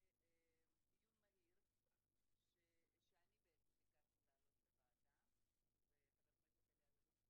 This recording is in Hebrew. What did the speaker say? זה דיון מהיר שאני ביקשתי להעלות לוועדה וחבר הכנסת אלי אלאלוף,